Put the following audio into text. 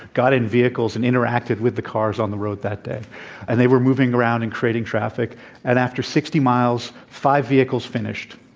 got in vehicles and interacted with the cars on the road that day and they were moving around and creating traffic and after sixty miles five vehicles finished.